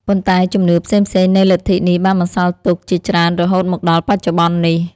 ប៉ុន្តែជំនឿផ្សេងៗនៃលទ្ធិនេះបានបន្សល់ទុកជាច្រើនរហូតមកដល់បច្ចុប្បន្ននេះ។